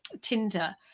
tinder